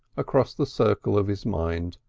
across the circle of his mind.